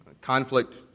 Conflict